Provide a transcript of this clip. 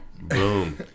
Boom